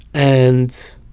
and